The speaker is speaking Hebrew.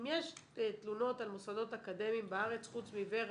אם יש תלונות על מוסדות אקדמיים בארץ חוץ מור"ה,